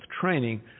training